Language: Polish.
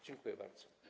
Dziękuję bardzo.